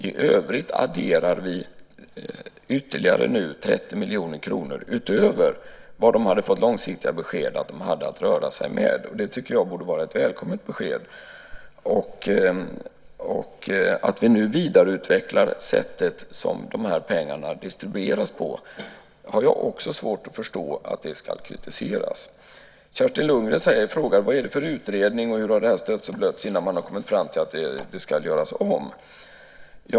I övrigt adderar vi nu ytterligare 30 miljoner kronor utöver vad de hade fått långsiktiga besked om att de hade att röra sig med. Det tycker jag borde vara ett välkommet besked. Jag har också svårt att förstå att man kritiserar att vi nu vidareutvecklar sättet som dessa pengar distribueras på. Kerstin Lundgren frågar vilken utredning det handlar om och hur detta har stötts och blötts innan man har kommit fram till att det ska göras om.